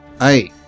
Aye